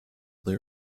their